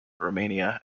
romania